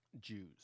Jews